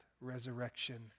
resurrection